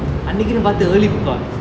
அன்னிக்கினு பாத்து:annikkinu paaththu early buka